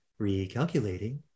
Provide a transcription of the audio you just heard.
Recalculating